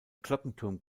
glockenturm